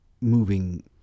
moving